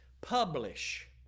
Publish